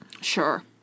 Sure